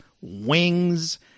wings